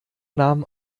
nahm